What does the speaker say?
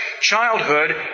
childhood